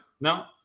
No